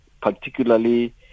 particularly